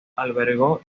albergó